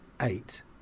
Eight